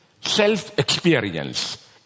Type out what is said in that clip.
self-experience